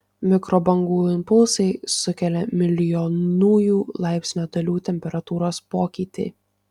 mikrobangų impulsai sukelia milijonųjų laipsnio dalių temperatūros pokytį